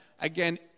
again